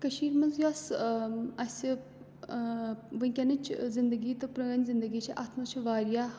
کٔشیٖرِ منٛز یۄس اَسہِ وٕنۍکٮ۪نٕچ زِندگی تہٕ پرٛٲنۍ زِندگی چھِ اَتھ منٛز چھِ واریاہ